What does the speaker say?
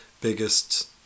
biggest